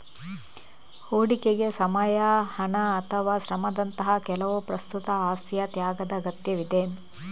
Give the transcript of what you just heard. ಹೂಡಿಕೆಗೆ ಸಮಯ, ಹಣ ಅಥವಾ ಶ್ರಮದಂತಹ ಕೆಲವು ಪ್ರಸ್ತುತ ಆಸ್ತಿಯ ತ್ಯಾಗದ ಅಗತ್ಯವಿದೆ